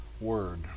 word